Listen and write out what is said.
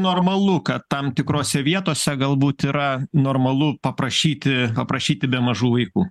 normalu kad tam tikrose vietose galbūt yra normalu paprašyti paprašyti be mažų vaikų